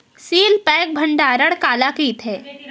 Seal pack भंडारण काला कइथे?